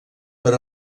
per